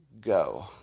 Go